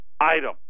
item